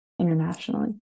internationally